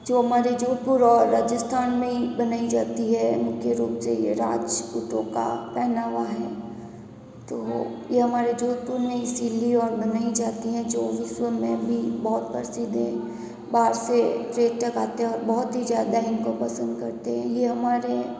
जो हमारे जोधपुर और राजस्थान में ही बनाई जाती है मुख्य रूप से यह राजपूतों का पहनावा है तो यह हमारे जोधपुर में इसीलिए बनाई जाती है जो विश्व में भी बहुत प्रसिद्ध है बाहर से जो ये ट्रक आते है बहुत ही ज़्यादा इनको पसंद करते हैं ये हमारे